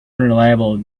unreliable